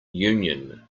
union